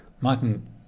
Martin